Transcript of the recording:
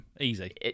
Easy